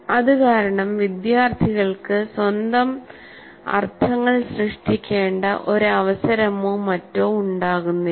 അതുകാരണം വിദ്യാർത്ഥികൾക്ക് സ്വന്തം അർത്ഥങ്ങൾ സൃഷ്ടിക്കേണ്ട ഒരു അവസരമോ മറ്റോ ഉണ്ടാകുന്നില്ല